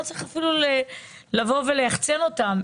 לא צריך אפילו לייחצן אותם,